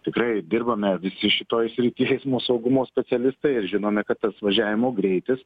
tikrai dirbome visi šitoje srityje iš eismo saugumo specialistai ir žinome kad tas važiavimo greitis